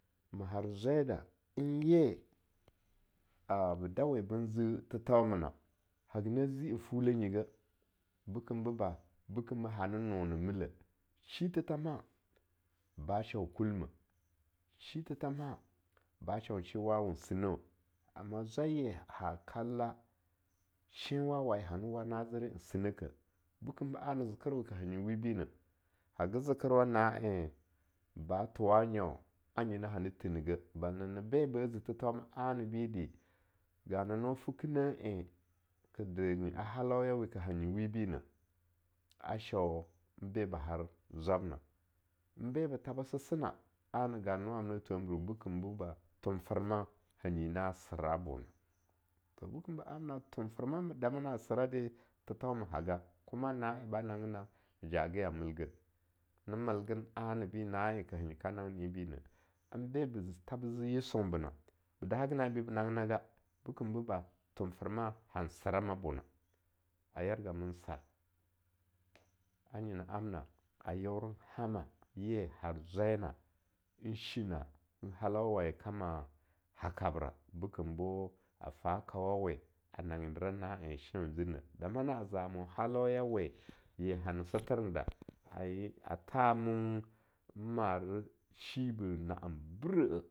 Ma har zwai da nye ba dawe ben zi thetheumena haga na zi n fuleh nyigeh, bekemboba, beke bo hani no ni milleh, shi thithamha ba shau kulmeh, shi thithamhar ba shau shen wawen sineweh amma zwaiye ha kalla shenwa waye hana wana zere n sineke bekem bo ana zekerwe ka hanyi wibineh, haga zekerwa na en ba thowa nyau anyina hani thinigeh, bala na beba zi thithauma anbidi ganano fukineh en ke de nyi a hala weka hanyi wibi neh, a Shau n be ba har zwab na, n be ba that sesena, ana ganano amna thwehmereh bekem bo ba, thomferma han na sra bona, to bekem bo amna thomferma dama na sra de, thethauma haga, kuma na en ba nanggina ajaga ya milgeh, ne melgen ani bi ma er ka hanyi ka nanggen enbineh, n be be tha be ze yisunbena, be dahaya na enbi ba nangginaga, bekemboba, thomterma han srama bena, a yarga min sar anyena amna a yeoren hama ye har zwai na n Shi na'a, halau waye kama ha kabra bekem bo a fa kawawe a nanggin dera na'en shenwe zineh, dama na zamo halauyawe ye hane sether ne da ye a thamin n mare shibeh na'en breh-eh.